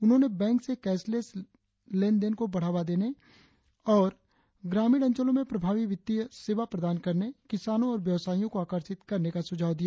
उन्होंने बैंक से cashless लेन देन को बढ़ाने ग्रामीण अंचलो में प्रभावी वित्तीय सेवा प्रदान करने किसानो और व्यवसायियो को आकर्षित करने का सुझाव दिया